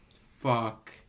Fuck